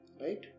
Right